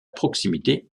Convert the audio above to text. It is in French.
proximité